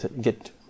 get